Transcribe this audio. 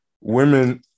women